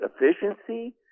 efficiency